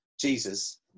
Jesus